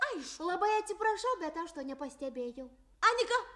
aš labai atsiprašau bet aš to nepastebėjau anika